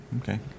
Okay